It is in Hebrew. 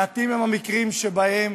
מעטים הם המקרים שבהם